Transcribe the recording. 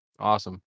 Awesome